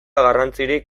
garrantziarik